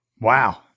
Wow